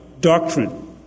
doctrine